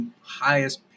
highest